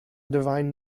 divine